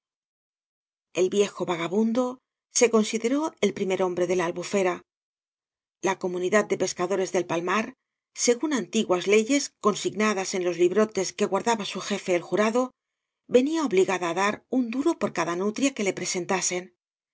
el viejo vagabundo se consideró el primer hombre de la albufera la comunidad de pescadores del palmar según antiguas leyes consigna das en los librotes que guardaba su jefe el jurado venía obligada á dar un duro por cada nutria que le presentasen